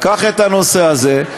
לקח את הנושא הזה,